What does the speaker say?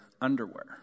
underwear